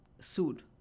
sued